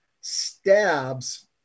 stabs